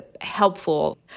helpful